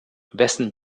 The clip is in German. wessen